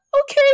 okay